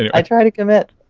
ah i try to commit.